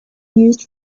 used